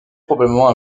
probablement